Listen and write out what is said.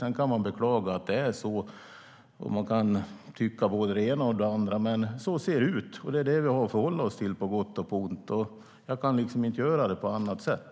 Sedan kan man beklaga att det är så, och man kan tycka både det ena och det andra. Men så ser det ut, och det är det vi har att förhålla oss till på gott och ont. Jag kan inte göra på något annat sätt.